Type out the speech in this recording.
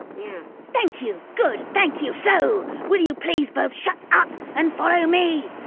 yeah. thank you! good! thank you! so! will you please both shut up and follow me!